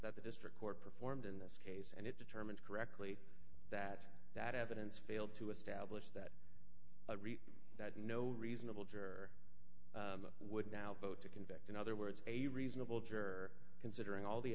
that the district court performed in this case and it determined correctly that that evidence failed to establish that that no reasonable juror would now vote to convict in other words a reasonable juror considering all the